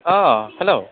अ हेल'